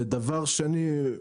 דבר שני,